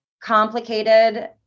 complicated